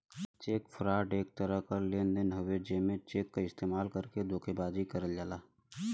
check fraud एक तरह क लेन देन हउवे जेमे चेक क इस्तेमाल करके धोखेबाजी करल जाला